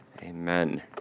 Amen